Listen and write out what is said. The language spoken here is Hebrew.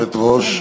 גברתי היושבת-ראש,